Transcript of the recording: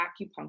acupuncture